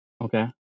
okay